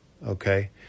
Okay